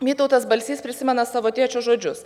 vytautas balsys prisimena savo tėčio žodžius